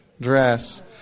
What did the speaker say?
dress